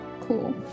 cool